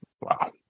wow